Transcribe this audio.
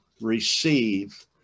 receive